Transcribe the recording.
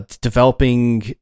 developing